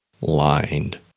Lined